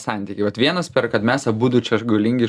santykiai vat vienas per kad mes abudu čia aš galingi